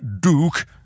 duke